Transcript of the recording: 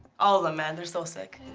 all of them man, they're so sick.